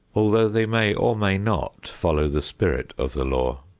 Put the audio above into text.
although they may or may not follow the spirit of the law.